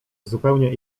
zupełnie